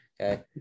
Okay